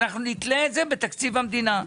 אנחנו נתלה את זה בתקציב המדינה.